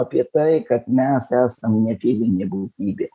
apie tai kad mes esam ne fizinė būtybė